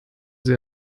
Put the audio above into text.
sie